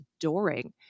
adoring